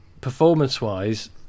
Performance-wise